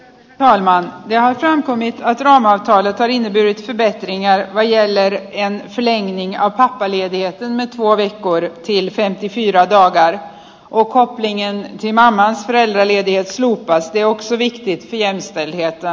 maailman ja ethan coenin rannalta on jotain pyytävät niin ja venäjällä ja leninin ja rahapelien viettäneet valikoiden sillä mikä on riidaton kai ookoo blinien simana neljä liediä du var tiokseni aivan upea juttu